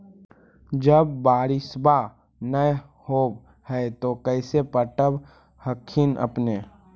जब बारिसबा नय होब है तो कैसे पटब हखिन अपने?